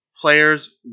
players